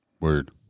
Word